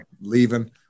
leaving